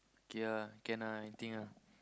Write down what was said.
okay ah can ah anything ah